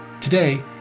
Today